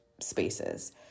spaces